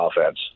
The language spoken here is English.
offense